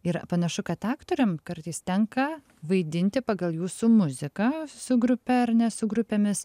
ir panašu kad aktoriam kartais tenka vaidinti pagal jūsų muziką su grupe ar ne su grupėmis